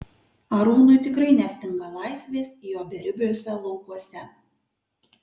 arūnui tikrai nestinga laisvės jo beribiuose laukuose